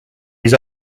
his